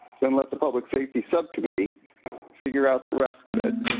then let the public safety subcommittee figure out the rest of it?